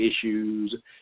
issues